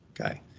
Okay